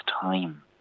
time